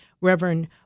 Reverend